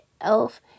Elf